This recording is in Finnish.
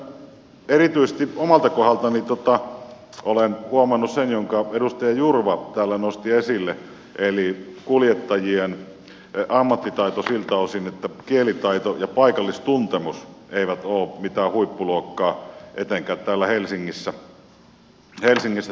sitten erityisesti omalta kohdaltani olen huomannut sen minkä edustaja jurva täällä nosti esille eli kuljettajien ammattitaidossa kielitaito ja paikallistuntemus eivät ole mitään huippuluokkaa etenkään täällä helsingissä